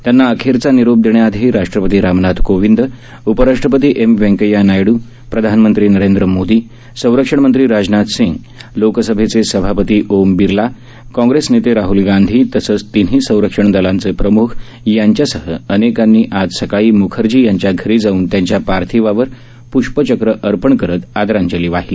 त्यांना अखेरचा निरोप देण्याआधी राष्ट्रपती रामनाथ कोविंद उपराष्ट्रपती एम व्यंकय्या नायडू प्रधानमंत्री नरेंद्र मोदी संरक्षणमंत्री राजनाथ सिंग लोकसभेचे सभापती ओम बिर्ला काँग्रेस नेते राहूल गांधी तसंच तिन्ही संरक्षण दलाचे प्रम्ख यांच्यासह अनेकांनी आज सकाळी मुखर्जी यांच्या घरी जाऊन त्यांच्या पार्थिवावर प्ष्पचक्र अर्पण करत आदरांजली वाहिली